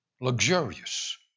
luxurious